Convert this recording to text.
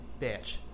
bitch